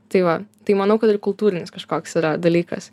tai va tai manau kad ir kultūrinis kažkoks yra dalykas